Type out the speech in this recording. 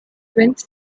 vince